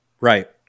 right